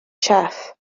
chyff